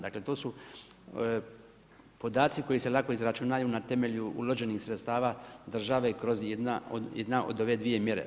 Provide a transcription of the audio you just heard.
Dakle, to su podaci koji se lako izračunaju na temelju uloženi sredstava države kroz jedna od ove dvije mjere.